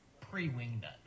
pre-winged